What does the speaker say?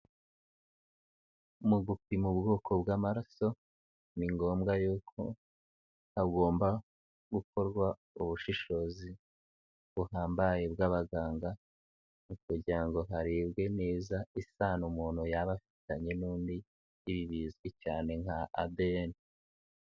Mu gupima ubwoko bw'amaraso, ni ngombwa yuko hagomba gukorwa ubushishozi buhambaye bw'abaganga, kugira ngo harebwe neza isano umuntu yaba afitanye n'undi, ibi bizwi cyane nka ADN.